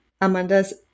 amanda's